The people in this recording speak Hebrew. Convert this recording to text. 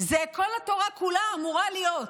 זה כל התורה כולה אמורה להיות.